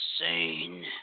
Insane